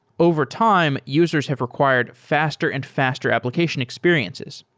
overtime, users have required faster and faster application experiences.